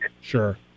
Sure